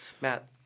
Matt